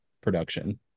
production